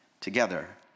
together